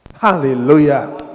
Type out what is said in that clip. Hallelujah